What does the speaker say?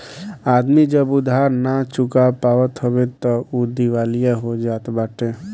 आदमी जब उधार नाइ चुका पावत हवे तअ उ दिवालिया हो जात बाटे